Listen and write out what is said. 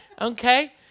Okay